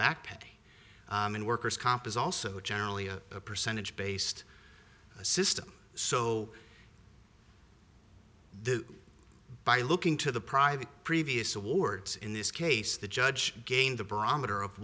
back pay and worker's comp is also generally a percentage based system so this by looking to the private previous awards in this case the judge again the barometer of